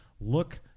look